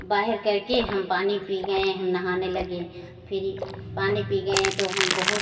बाहर करके हम पानी पी गए हम नहाने लगे फिर यह पानी पी गऍ तो हम बहुत